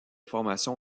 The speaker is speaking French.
formation